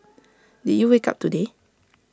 did you wake up today